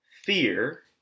fear